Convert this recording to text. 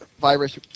virus